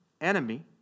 enemy